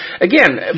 again